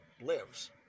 lives